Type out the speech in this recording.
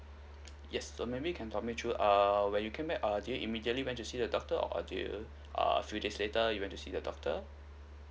yes so maybe you can talk me through err when you came back err did you immediately went to see the doctor or did you err few days later you went to see the doctor